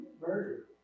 Murder